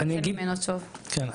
טוב כי יש פה המון נקודות חיבור.